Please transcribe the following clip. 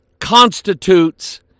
constitutes